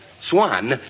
Swan